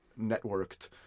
networked